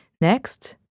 Next